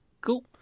Cool